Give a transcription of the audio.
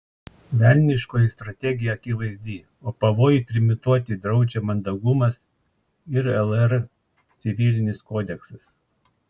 velniškoji strategija akivaizdi o pavojų trimituoti draudžia mandagumas ir lr civilinis kodeksas